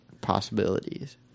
Possibilities